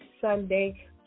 Sunday